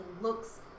looks